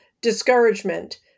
discouragement